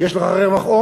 יש לך רווח הון,